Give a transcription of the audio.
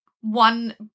one